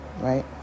right